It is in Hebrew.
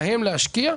בהם להשקיע,